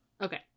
Okay